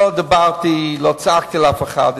לא דיברתי, לא צעקתי על אף אחד.